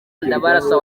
ndabarasa